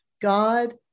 God